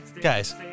Guys